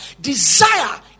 Desire